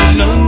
no